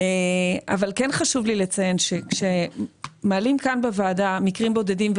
אבל כן חשוב לי לציין שכשמעלים כאן בוועדה מקרים בודדים,